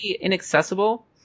inaccessible